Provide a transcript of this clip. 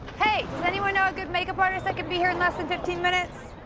hey! does anyone know a good makeup artist that can be here in less than fifteen minutes?